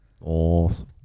Awesome